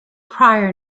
prior